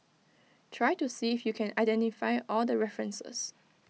try to see if you can identify all the references